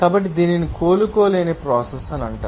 కాబట్టి దీనిని కోలుకోలేని ప్రోసెస్ అంటారు